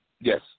Yes